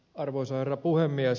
arvoisa herra puhemies